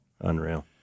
unreal